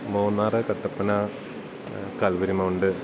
Munnar Kattappana Calvary Mount